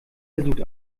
versucht